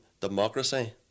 democracy